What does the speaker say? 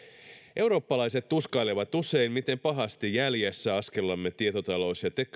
eurooppalaiset tuskailevat usein miten pahasti jäljessä askellamme tietotalous ja